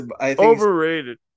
Overrated